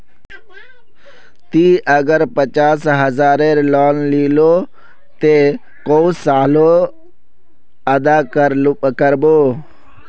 ती अगर पचास हजारेर लोन लिलो ते कै साले अदा कर बो?